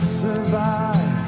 survive